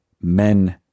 men